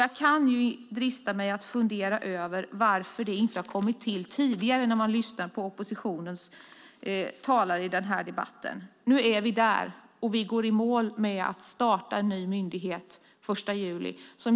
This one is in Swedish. Jag kan när jag lyssnar på oppositionens talare drista mig till att fundera över varför det inte har kommit till tidigare, men nu är vi här. Den nya myndigheten startar den 1 juli.